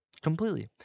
completely